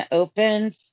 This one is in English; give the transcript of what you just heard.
opens